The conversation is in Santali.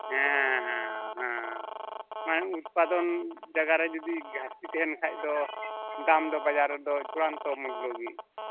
ᱦᱮᱸ ᱦᱮᱸ ᱦᱮᱸ ᱢᱟᱱᱮ ᱩᱛᱯᱟᱫᱚᱱ ᱡᱟᱭᱜᱟ ᱨᱮ ᱡᱩᱫᱤ ᱜᱷᱟᱨᱛᱤ ᱛᱟᱦᱮᱱ ᱠᱷᱟᱱ ᱫᱚ ᱫᱟᱢ ᱫᱚ ᱵᱟᱡᱟᱨ ᱨᱮᱫᱚ ᱪᱩᱲᱟᱱᱛᱚ ᱢᱩᱞᱞᱚ ᱜᱮ